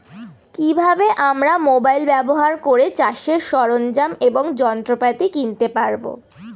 কি ভাবে আমরা মোবাইল ব্যাবহার করে চাষের সরঞ্জাম এবং যন্ত্রপাতি কিনতে পারবো?